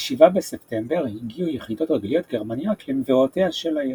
ב-7 בספטמבר הגיעו יחידות רגליות גרמניות למבואותיה של העיר.